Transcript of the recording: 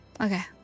Okay